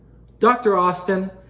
dr. austin,